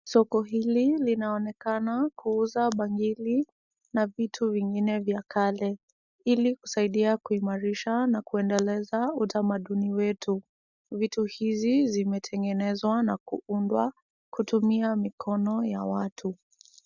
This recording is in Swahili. Soko hili linaonekana kuuza bangili na vitu vingine vya kale, ili kusaidia kuimarisha na kwendeleza utamaduni wetu. Vitu hizi zimetengenezwa na kuundwa kutumia mikono ya watu.